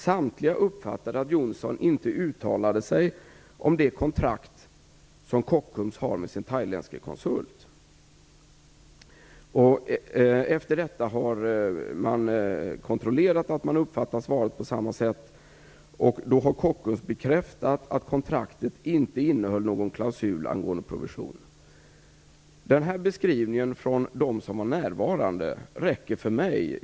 Samtliga uppfattade att Johnsson inte uttalade sig om det kontrakt som Kockums har med sin thailändske konsult. Efter detta har det kontrollerats att man har uppfattat svaret på samma sätt. Kockums har bekräftat att kontraktet inte innehöll någon klausul angående provision. Den här beskrivningen från dem som var närvarande räcker för mig.